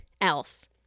else